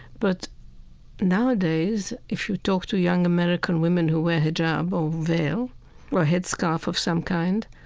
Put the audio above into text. but nowadays, if you talk to young american women who wear hijab or veil or a headscarf of some kind,